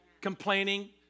complaining